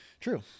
True